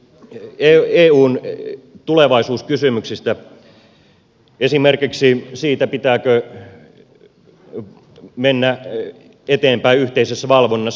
täällä on puhuttu eun tulevaisuuskysymyksistä esimerkiksi siitä pitääkö mennä eteenpäin yhteisessä valvonnassa